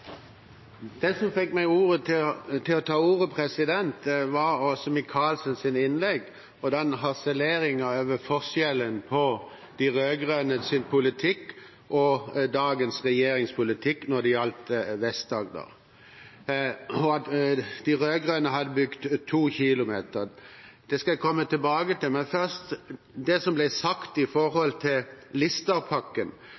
Det som fikk meg til å ta ordet, var Åse Michaelsens innlegg, og harseleringen over forskjellen på de rød-grønnes politikk og dagens regjerings politikk når det gjelder Vest-Agder, samt det at de rød-grønne hadde bygd 2 km vei. Det skal jeg komme tilbake til, men først det som ble sagt vedrørende Listerpakken: Det var faktisk Bondevik-regjeringen som planla den, men Arbeiderpartiet fikk lov til